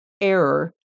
error